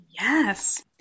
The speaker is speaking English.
yes